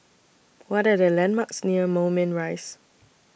What Are The landmarks near Moulmein Rise